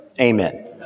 Amen